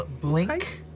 blink